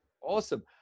Awesome